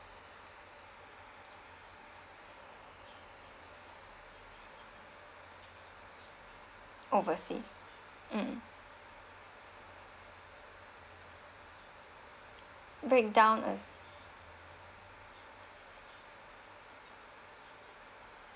overseas mm breakdown